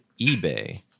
eBay